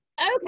okay